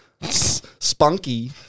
spunky